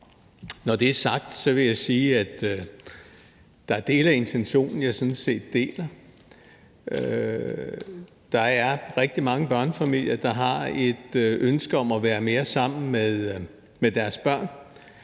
Når det er sagt, vil jeg sige, at der er dele af intentionen, jeg sådan set deler. Der er rigtig mange børnefamilier, der har et ønske om at være mere sammen med deres børn,